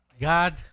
God